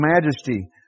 majesty